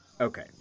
okay